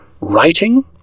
writing